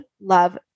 love